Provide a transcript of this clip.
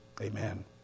Amen